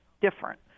different